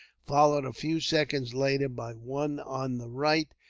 followed a few seconds later by one on the right,